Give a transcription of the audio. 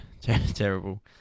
terrible